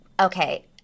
okay